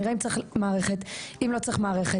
נראה אם צריך מערכת או אם לא צריך מערכת.